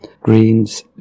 Greens